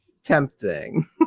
tempting